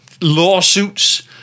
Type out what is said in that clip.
Lawsuits